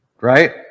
right